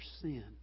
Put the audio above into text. sin